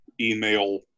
email